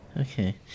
Okay